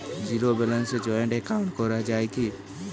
Zero ব্যালেন্সে joint account করা য়ায় কি?